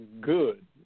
Good